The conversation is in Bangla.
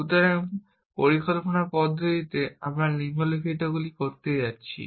সুতরাং পরিকল্পনা পদ্ধতিতে আমরা নিম্নলিখিতগুলি করতে যাচ্ছি